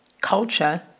culture